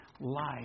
life